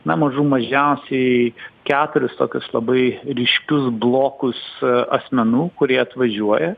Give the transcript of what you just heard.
na mažų mažiausiai keturis tokius labai ryškius blokus asmenų kurie atvažiuoja